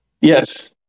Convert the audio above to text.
Yes